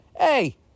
hey